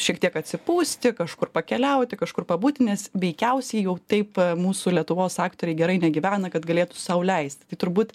šiek tiek atsipūsti kažkur pakeliauti kažkur pabūti nes veikiausiai jau taip mūsų lietuvos aktoriai gerai negyvena kad galėtų sau leisti tai turbūt